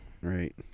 Right